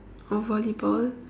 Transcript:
or volleyball